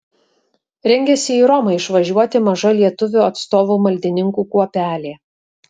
rengiasi į romą išvažiuoti maža lietuvių atstovų maldininkų kuopelė